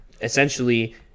essentially